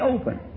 open